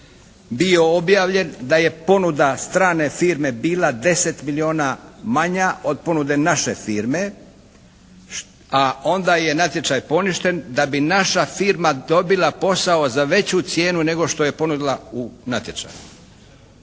bio objavljen, da je ponuda strane firme bila 10 milijuna manja od ponude naše firme, a onda je natječaj poništen da bi naša firma dobila posao za veću cijenu nego što je ponudila u natječaju,